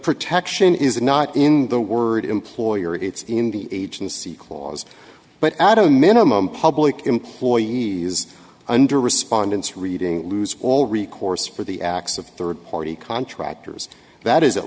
protection is not in the word employer it's in the agency clause but out on minimum public employees under respondents reading lose all recourse for the acts of third party contractors that is at